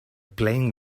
playing